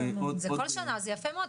לכל שנה זה יפה מאוד.